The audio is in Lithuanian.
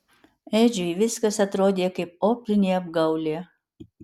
edžiui viskas atrodė kaip optinė apgaulė